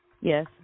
Yes